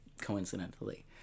coincidentally